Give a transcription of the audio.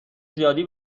زیادی